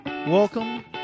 Welcome